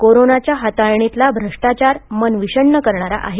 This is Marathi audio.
कोरोनाच्या हाताळणीतील भ्रष्टाचार मन विषण्ण करणारा आहे